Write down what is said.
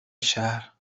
شهر